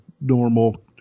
normal